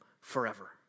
forever